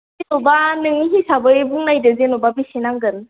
जेन'बा नोंनि हिसाबै बुंनायदो जेनबा बेसे नांगोन